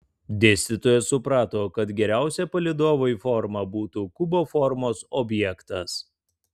dėstytojas suprato kad geriausia palydovui forma būtų kubo formos objektas